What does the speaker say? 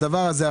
הדבר הזה,